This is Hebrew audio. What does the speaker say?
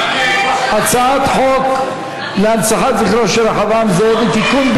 הצעת חוק להנצחת זכרו של רחבעם זאבי (תיקון,